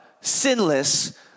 sinless